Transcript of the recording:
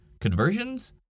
Conversions